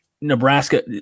Nebraska